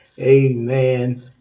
Amen